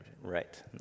Right